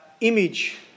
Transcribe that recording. image